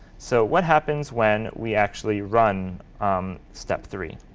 so what happens when we actually run um step three?